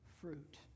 fruit